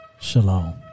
shalom